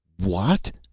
what?